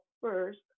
first